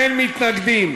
אין מתנגדים,